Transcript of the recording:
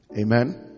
amen